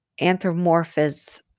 anthropomorphize